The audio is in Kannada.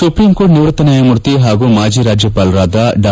ಸುಪ್ರಿಂಕೋರ್ಟ್ ನಿವೃತ್ತ ನ್ಯಾಯಮೂರ್ತಿ ಹಾಗೂ ಮಾಜಿ ರಾಜ್ಯಪಾಲರಾದ ಡಾ